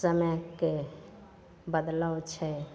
समयके बदलाव छै